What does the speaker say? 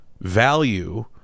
value